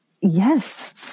Yes